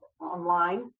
online